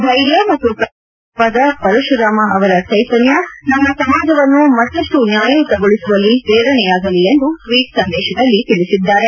ಧೈರ್ಯ ಮತ್ತು ಪ್ರಾಮಾಣಿಕತೆಯ ಪ್ರತೀಕವಾದ ಪರಶುರಾಮ ಅವರ ಚೈತನ್ಯ ನಮ್ಮ ಸಮಾಜವನ್ನು ಮತ್ತಷ್ಟು ನ್ಯಾಯಯುತಗೊಳಿಸುವಲ್ಲಿ ಪ್ರೇರಣೆಯಾಗಲಿ ಎಂದು ಟ್ವೀಟ್ ಸಂದೇಶದಲ್ಲಿ ತಿಳಿಸಿದ್ದಾರೆ